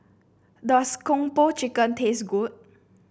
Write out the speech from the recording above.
does Kung Po Chicken taste good